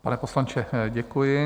Pane poslanče, děkuji.